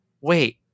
wait